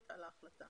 השפה.